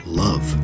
love